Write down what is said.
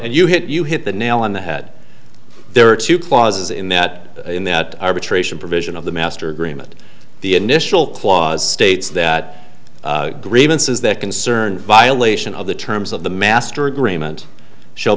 and you hit you hit the nail on the head there are two clauses in that in that arbitration provision of the master agreement the initial clause states that grievances that concern violation of the terms of the master agreement sh